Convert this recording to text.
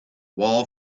wall